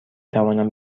توانم